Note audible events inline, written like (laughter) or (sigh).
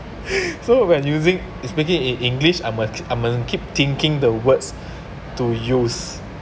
(laughs) so when using speaking in english I must I must keep thinking the words to use